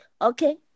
Okay